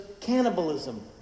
cannibalism